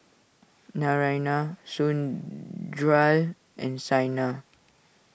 Naraina and Saina